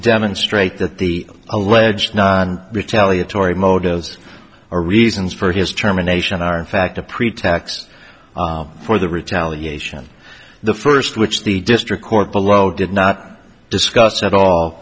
demonstrate that the alleged retaliatory motives or reasons for his germination are in fact a pretext for the retaliation the first which the district court below did not discuss at all